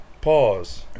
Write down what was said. Pause